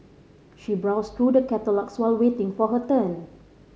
she browse through the catalogues while waiting for her turn